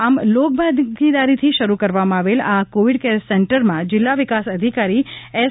આમ લોકભાગીદારીથી શરૂ કરવામાં આવેલ આ કોવિડ કેર સેન્ટરમાં જિલ્લા વિકાસ અધિકારી એસ